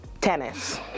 Tennis